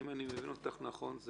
אם אני מבין אותך נכון,